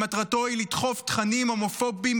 שמטרתו היא לדחוף תכנים הומופוביים,